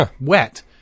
wet